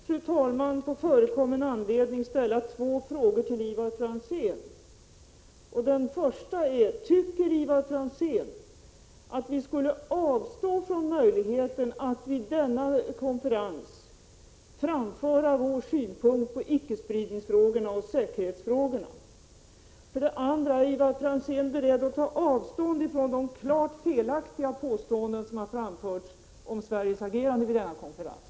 Fru talman! Jag avser att på förekommen anledning ställa två frågor till Ivar Franzén. Den första är: Tycker Ivar Franzén att vi skulle avstå från möjligheten att vid denna konferens framföra vår synpunkt på ickespridningsfrågorna och säkerhetsfrågorna? Den andra är: Är Ivar Franzén beredd att ta avstånd från de klart felaktiga påståenden som har framförts om Sveriges agerande vid denna konferens?